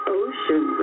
ocean